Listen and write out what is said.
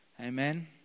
Amen